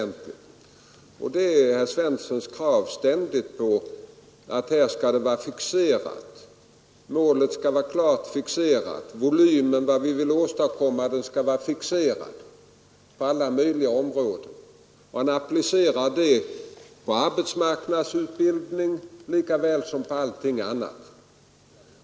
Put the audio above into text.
Det gäller herr Svenssons ständiga krav på att allt skall vara fixerat. Målet skall vara klart fixerat och volymen för vad vi vill åstadkomma skall vara fixerat på alla möjliga områden, Herr Svensson applicerar detta på arbetsmarknadsutbildningen lika väl som på allting annat.